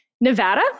Nevada